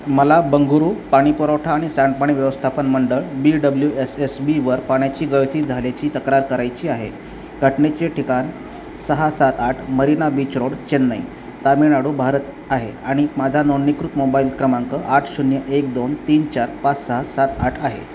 मला बंगळुरू पाणीपुरवठा आणि सांडपाणी व्यवस्थापन मंडळ बी डब्ल्यू एस एस बीवर पाण्याची गळती झाल्याची तक्रार करायची आहे घटनेचे ठिकाण सहा सात आठ मरीना बीच रोड चेन्नई तामिळनाडू भारत आहे आणि माझा नोंदणीकृत मोबाईल क्रमांक आठ शून्य एक दोन तीन चार पाच सहा सात आठ आहे